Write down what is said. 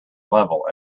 level